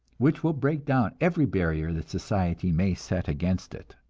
which will break down every barrier that society may set against it.